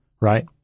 right